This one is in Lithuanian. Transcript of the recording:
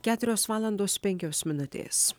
keturios valandos penkios minutės